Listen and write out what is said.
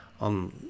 On